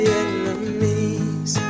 enemies